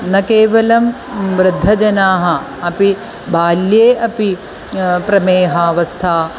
न केवलं वृद्धजनाः अपि बाल्ये अपि प्रमेहावस्था